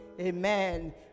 Amen